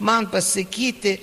man pasakyti